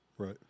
Right